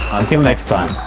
until next time!